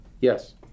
Yes